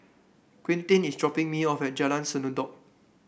Quinten is dropping me off at Jalan Sendudok